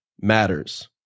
matters